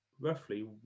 roughly